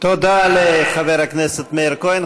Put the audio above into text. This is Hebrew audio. תודה לחבר הכנסת מאיר כהן.